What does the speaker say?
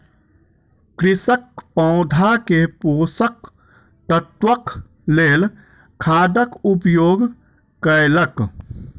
कृषक पौधा के पोषक तत्वक लेल खादक उपयोग कयलक